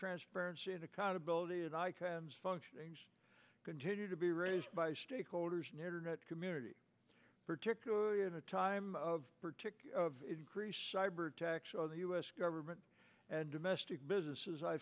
transparency and accountability and icons functioning continue to be raised by stakeholders in internet community particularly in a time of particular increased cyber attacks on the us government and domestic businesses i